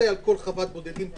לקורונה בכל חוות בודדים.